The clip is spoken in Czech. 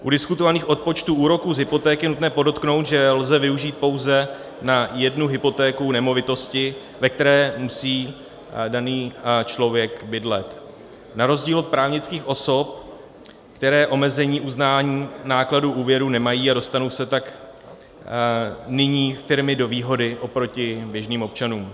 U diskutovaných odpočtů úroků z hypoték je nutné podotknout, že je lze využít pouze na jednu hypotéku nemovitosti, ve které musí daný člověk bydlet, na rozdíl od právnických osob, které omezení uznání nákladů úvěrů nemají, a dostanou se tak nyní firmy do výhody oproti běžným občanům.